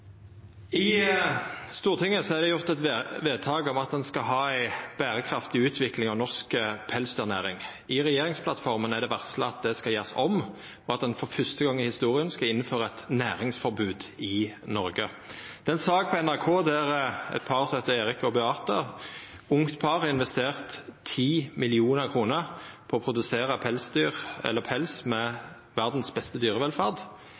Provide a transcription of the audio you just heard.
I Stortinget er det gjort eit vedtak om at ein skal ha ei berekraftig utvikling av norsk pelsdyrnæring. I regjeringsplattforma er det varsla at det skal gjerast om, og at ein for fyrste gong i historia skal innføra eit næringsforbod i Noreg. I ei sak på NRK er det eit ungt par som heiter Erik og Beate, som har investert 10 mill. kr for å produsera pels, med verdas beste dyrevelferd.